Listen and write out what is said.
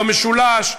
במשולש,